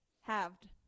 Halved